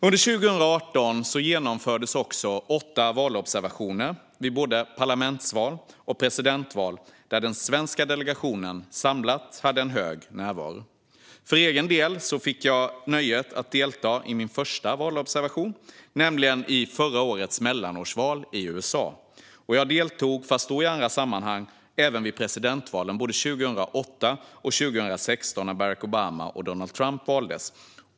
Under 2018 genomfördes åtta valobservationer vid både parlamentsval och presidentval där den svenska delegationen samlat hade en hög närvaro. För egen del fick jag nöjet att delta i min första valobservation, nämligen i förra årets mellanårsval i USA. Jag deltog, fast i andra sammanhang, även vid presidentvalen både 2008 och 2016 då Barack Obama och Donald Trump valdes.